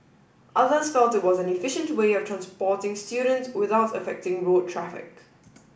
others felt it was an efficient way of transporting students without affecting road traffic